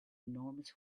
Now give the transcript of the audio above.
enormous